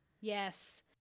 Yes